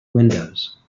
windows